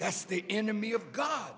that's the enemy of god